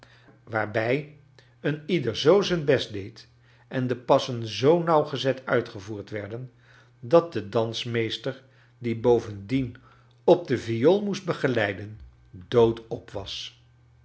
waarbij een ieder zoo zijn best deed en de passen zoo nauwgezet uitgevoerd werden dat de dansmeester die bovendien op de viool moest begeleiden doodop was